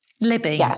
Libby